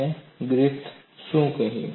અને ગ્રિફિથે શું કર્યું